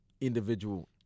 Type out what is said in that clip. individual